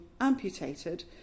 amputated